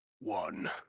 one